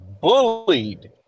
bullied